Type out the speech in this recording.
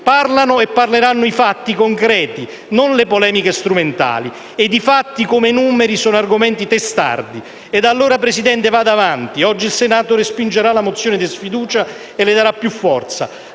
Parlano e parleranno i fatti concreti, non le polemiche strumentali. E i fatti come i numeri sono argomenti testardi e allora, Presidente, vada avanti. Oggi il Senato respingerà la mozione di sfiducia e le darà più forza: